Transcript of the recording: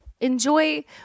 Enjoy